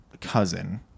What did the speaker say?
cousin